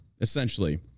essentially